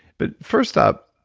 but first up,